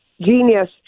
genius